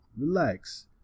relax